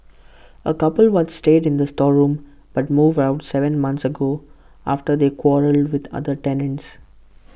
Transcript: A couple once stayed in the storeroom but moved out Seven months ago after they quarrelled with other tenants